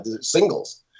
Singles